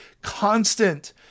constant